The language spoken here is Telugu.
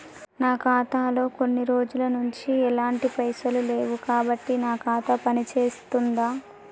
నా ఖాతా లో కొన్ని రోజుల నుంచి ఎలాంటి పైసలు లేవు కాబట్టి నా ఖాతా పని చేస్తుందా?